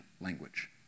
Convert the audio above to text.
language